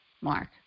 Mark